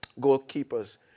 goalkeepers